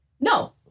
No